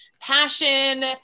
passion